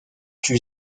tue